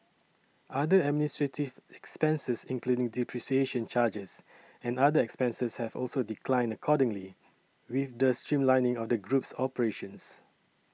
other administrative expenses including depreciation charges and other expenses have also declined accordingly with the streamlining of the group's operations